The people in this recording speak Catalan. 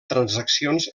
transaccions